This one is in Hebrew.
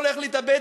הולך להתאבד,